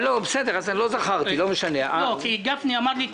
תגיד את